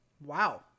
wow